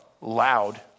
loud